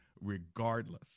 regardless